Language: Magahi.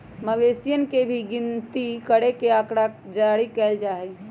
मवेशियन के भी गिनती करके आँकड़ा जारी कइल जा हई